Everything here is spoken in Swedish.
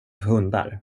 hundar